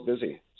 busy